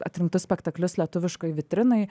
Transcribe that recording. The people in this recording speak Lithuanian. atrinktus spektaklius lietuviškoj vitrinoj